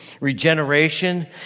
Regeneration